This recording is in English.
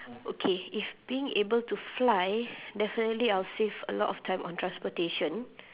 okay if being able to fly definitely I will save a lot of time on transportation